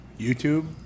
YouTube